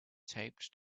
taped